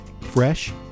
fresh